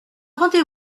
rendez